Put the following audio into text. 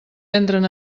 entren